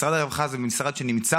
משרד הרווחה זה משרד שנמצא,